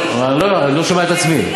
אני לא שומע את עצמי.